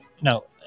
no